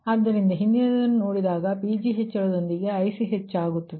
ಆದ್ದರಿಂದ ಹಿಂದಿನದನ್ನು ನೋಡಿದಾಗ Pg ಹೆಚ್ಚಳದೊಂದಿಗೆ IC ಹೆಚ್ಚಾಗುತ್ತಿದೆ